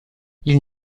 ils